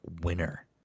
winner